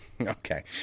Okay